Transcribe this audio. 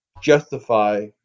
justify